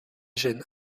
gènes